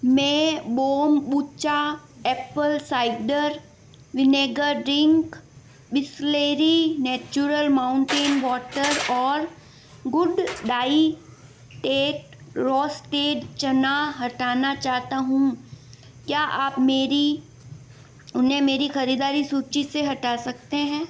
मैं kombucha apple cider vinegar drink Bisleri natural mountain water और good diet roasted chana हटाना चाहता हूँ क्या आप मेरी उन्हें मेरी खरीददारी सूची से हटा सकते हैं